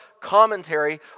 commentary